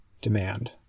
demand